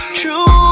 true